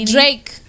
Drake